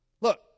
Look